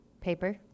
Paper